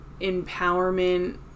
empowerment